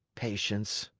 patience!